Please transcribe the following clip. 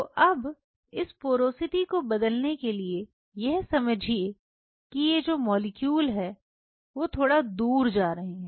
तो अब इस पोरोसिटी को बदलने के लिए यह समझिये कि ये जो मॉलिक्यूल है वो थोड़ा दूर जा रहे हैं